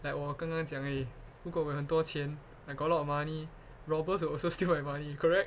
like 我刚刚讲而已如果我有很多钱 I got a lot of money robbers will also steal my money correct